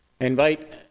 invite